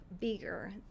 bigger